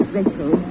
Rachel